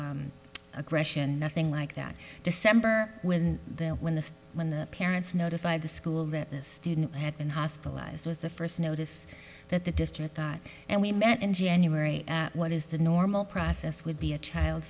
o aggression nothing like that december when the when the when the parents notified the school that this student had been hospitalized was the first notice that the district thought and we met in january what is the normal process would be a child